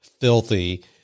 filthy